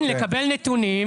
כן, לקבל נתונים.